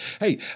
Hey